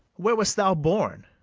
where wast thou born?